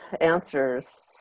answers